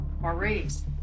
Maurice